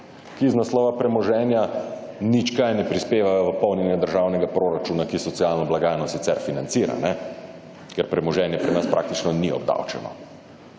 ki iz naslova premoženja nič kaj ne prispevajo k polnjenju državnega proračuna, ki socialno blagajno sicer financira, ker premoženje pri nas praktično ni obdavčeno.